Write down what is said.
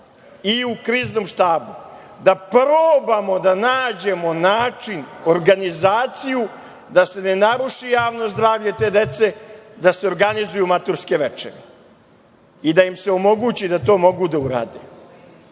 i u Kriznom štabu da probamo da nađemo način organizaciju, da se ne naruši javno zdravlje te dece, da se organizuju maturske večeri i da im se omogući da to mogu da urade.